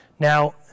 Now